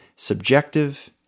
Subjective